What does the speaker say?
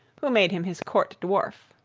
who made him his court dwarf.